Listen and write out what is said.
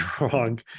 wrong